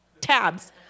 tabs